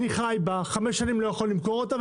הוא חי במשך חמש שנים מבלי יכולת למכור אותה בחמש השנים הללו.